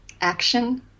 Action